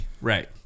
Right